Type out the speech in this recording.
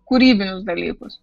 kūrybinius dalykus